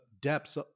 depths